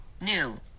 new